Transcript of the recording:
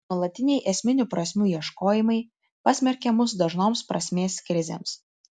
nuolatiniai esminių prasmių ieškojimai pasmerkia mus dažnoms prasmės krizėms